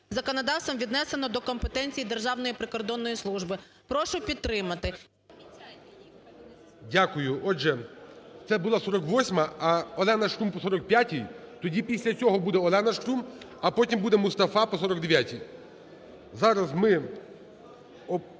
законодавством віднесено до компетенції Державної прикордонної служби. Прошу підтримати. ГОЛОВУЮЧИЙ. Дякую. Отже, це була 48-а, а Альона Шкрум по 45-й. Тоді після цього буде Альона Шкрум, а потім буде Мустафа по 49-й. Зараз ми...